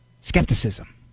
skepticism